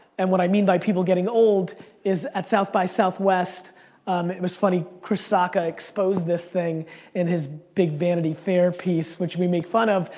and what i mean by people getting old is at south by southwest it was funny. chris sacca exposed this thing in his big vanity fair piece, which we make fun of,